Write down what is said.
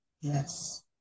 yes